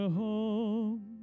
home